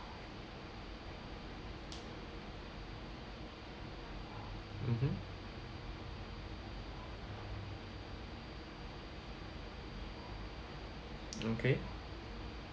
mmhmm okay